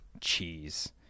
cheese